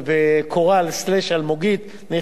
קורל אלמוגית אבירם,